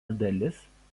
dalis